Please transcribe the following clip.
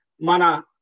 Mana